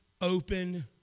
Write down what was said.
open